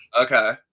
Okay